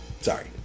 Sorry